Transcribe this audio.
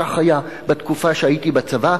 כך היה בתקופה שהייתי בצבא,